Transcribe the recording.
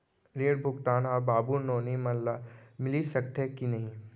ऋण भुगतान ह बाबू नोनी मन ला मिलिस सकथे की नहीं?